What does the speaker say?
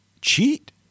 Cheat